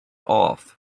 off